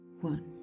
One